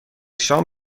شام